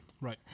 Right